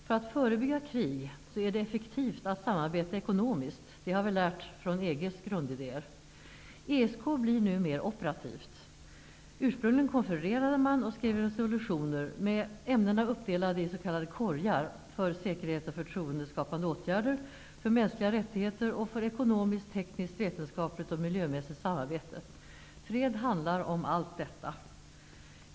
För att förebygga krig är det effektivt att samarbeta ekonomiskt -- det har vi lärt från EG:s grundidéer. ESK blir nu mer operativt. Ursprungligen konfererade man och skrev resolutioner, med ämnena uppdelade i s.k. korgar, för säkerhet och förtroende-skapande åtgärder, för mänskliga rättigheter och för ekonomiskt, tekniskt, vetenskapligt och miljömässigt samarbete. Fred handlar om allt detta.